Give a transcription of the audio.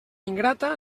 ingrata